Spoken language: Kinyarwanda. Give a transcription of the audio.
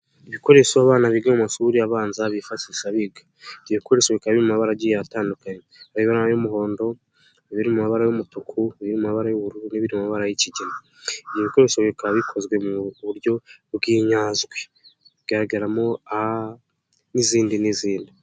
Ibikoresho abana biga mu mashuri abanza bifashisha biga, ibyo ibikoresho bikaba biri mu mabara agiye atandukanye; ibiri mu mabara y'umuhondo, ibiri mu mabara y'umutuku n'ibiri mu mabara w'ubururu n'ibiri mu ma barara yi'ikigina, ibi bikoresho bikaba bikozwe mu buryo bw'inyajwi bigaragaramo a, n'izindi n'izindi.